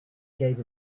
gave